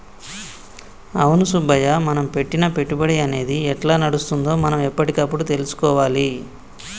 అవును సుబ్బయ్య మనం పెట్టిన పెట్టుబడి అనేది ఎట్లా నడుస్తుందో మనం ఎప్పటికప్పుడు తెలుసుకోవాలి